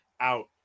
out